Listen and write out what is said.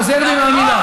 אני חוזר בי מהמילה.